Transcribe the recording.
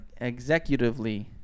Executively